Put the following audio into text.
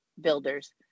builders